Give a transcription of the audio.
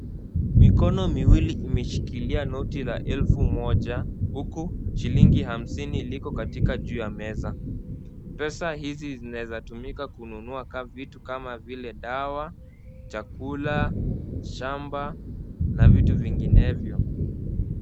Mikono miwili imeshikilia noti la elfu moja huku shilingi hamsini liko katika juu ya meza. Pesa hizi zinaweza tumika kununua vitu kama vile dawa, chakula, shamba na vitu vinginevyo.